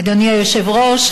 אדוני היושב-ראש,